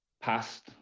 past